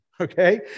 okay